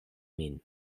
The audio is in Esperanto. min